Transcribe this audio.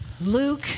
Luke